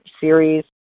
series